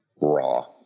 raw